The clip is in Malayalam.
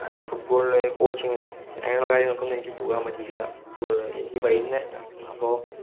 ഫുട്ബോളിന് ഇനി കോച്ചിങ്ങിനോ അങ്ങനെയുള്ള കാര്യങ്ങൾക്കൊന്നും എനിക്ക് പോകാൻ പറ്റിയില്ല ഫുട്ബോളിന് എനിക്ക് അപ്പോൾ